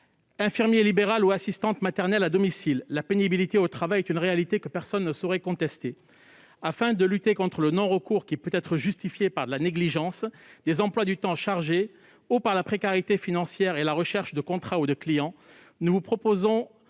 infirmier libéral ou assistant maternel à domicile, la pénibilité au travail est une réalité que personne ne saurait contester. Afin de lutter contre l'absence de recours au SPST, qui peut être justifié par de la négligence, par les emplois du temps chargés ou par la précarité financière et la recherche de contrats ou de clients, nous proposons